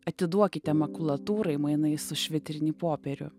atiduokite makulatūrai mainais už švitrinį popierių